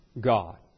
God